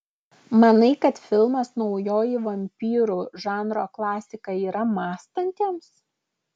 manai kad filmas naujoji vampyrų žanro klasika yra mąstantiems